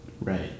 Right